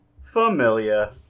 familiar